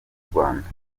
rwanda